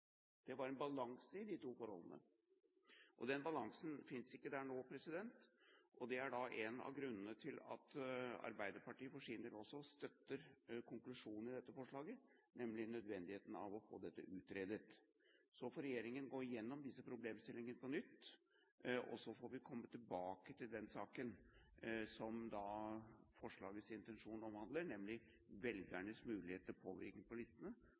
Det var en balanse i de to forholdene. Den balansen finnes ikke der nå. Det er en av grunnene til at Arbeiderpartiet også støtter konklusjonen i dette forslaget, nemlig nødvendigheten av å få dette utredet. Så får regjeringen gå gjennom disse problemstillingene på nytt, og så får vi komme tilbake til den saken som forslagets intensjon omhandler, nemlig velgernes mulighet til påvirkning på listene.